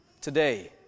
today